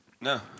No